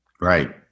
Right